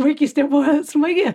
vaikystė buvo smagi